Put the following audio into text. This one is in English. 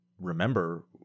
remember